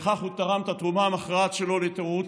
בכך הוא תרם את התרומה המכרעת שלו להתעוררות